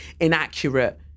inaccurate